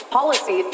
Policy